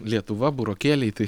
lietuva burokėliai tai